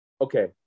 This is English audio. Okay